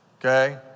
okay